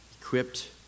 equipped